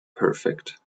perfect